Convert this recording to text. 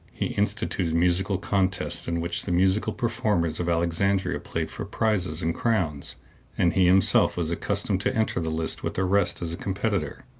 he instituted musical contests, in which the musical performers of alexandria played for prizes and crowns and he himself was accustomed to enter the lists with the rest as a competitor.